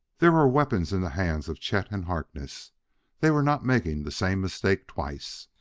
there were weapons in the hands of chet and harkness they were not making the same mistake twice.